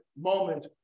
moment